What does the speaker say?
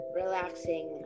relaxing